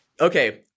Okay